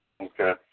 Okay